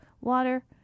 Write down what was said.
water